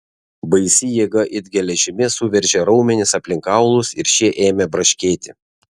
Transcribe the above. baisi jėga it geležimi suveržė raumenis aplink kaulus ir šie ėmė braškėti